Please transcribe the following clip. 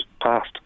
passed